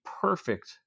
perfect